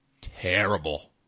terrible